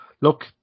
look